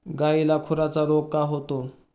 गायीला खुराचा रोग का होतो?